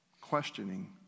questioning